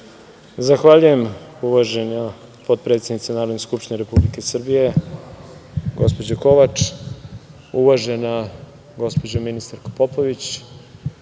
Zahvaljujem, uvažena potpredsednice Narodne skupštine Republike Srbije, gospođo Kovač. Uvažena ministarko Popović,